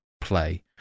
play